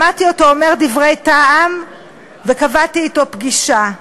שמעתי אותו אומר דברי טעם וקבעתי אתו פגישה.